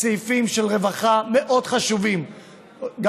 סעיפים מאוד חשובים של רווחה,